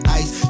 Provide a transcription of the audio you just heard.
ice